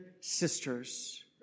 sisters